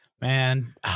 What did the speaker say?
Man